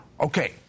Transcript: okay